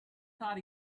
thought